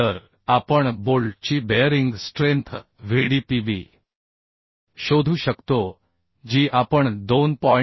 तर आपण बोल्टची बेअरिंग स्ट्रेंथ VdPb शोधू शकतो जी आपण 2